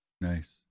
Nice